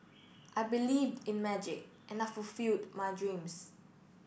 I believed in magic and I fulfilled my dreams